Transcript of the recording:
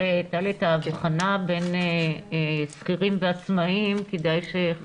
טלי את ההבחנה בין שכירים ועצמאים כדאי ש- -- בטח.